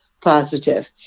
positive